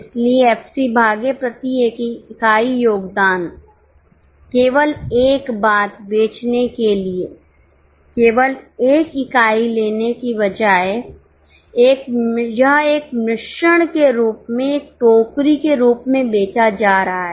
इसलिए एफसी भागे प्रति इकाई योगदान केवल एक बात बेचने के लिए केवल 1 इकाई लेने के बजाय यह एक मिश्रण के रूप में एक टोकरी के रूप में बेचा जा रहा है